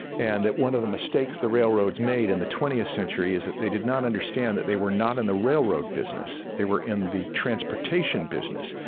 and that one of the mistakes the railroads made in the twentieth century is that they did not understand that they were not in the railroad business, they were in the transportation business.